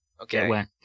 Okay